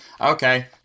okay